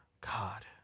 God